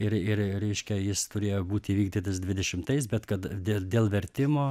ir ir reiškia jis turėjo būt įvykdytas dvidešimtais bet kad dėl dėl vertimo